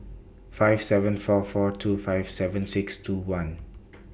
five seven four four two five seven six two one